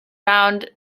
round